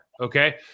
okay